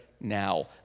now